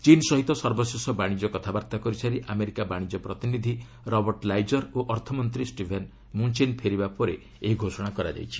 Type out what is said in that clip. ଚୀନ୍ ସହିତ ସର୍ବଶେଷ ବାଣିଜ୍ୟ କଥାବାର୍ତ୍ତା କରିସାରି ଆମେରିକା ବାଣିଜ୍ୟ ପ୍ରତିନିଧି ରବର୍ଟ ଲାଇଜର୍ ଓ ଅର୍ଥମନ୍ତ୍ରୀ ଷ୍ଟିଭେନ୍ ମୁଁଚିନ୍ ପେରିବା ପରେ ଏହି ଘୋଷଣା କରାଯାଇଛି